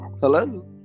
hello